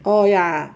oh ya